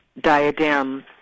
diadem